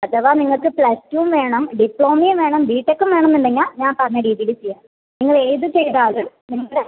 അഥവാ നിങ്ങൾക്ക് പ്ലസ് ടൂവും വേണം ഡിപ്ലോമയും വേണം ബിടെക്കും വേണമെന്നുണ്ടെങ്കിൽ ഞാൻ പറഞ്ഞ രീതീയിൽ ചെയ്യാം നിങ്ങളേത് ചെയ്താലും നിങ്ങളുടെ